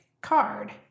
card